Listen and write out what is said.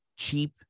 Cheap